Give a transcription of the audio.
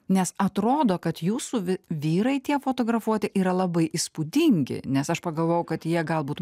nes atrodo kad jūsų vi vyrai tie fotografuoti yra labai įspūdingi nes aš pagalvojau kad jie galbūt